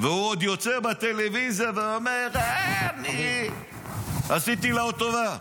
והוא עוד יוצא בטלוויזיה ואומר: עוד עשיתי לה טובה.